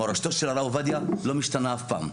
מורשתו של הרב עובדיה לא משתנה אף פעם,